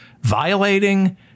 violating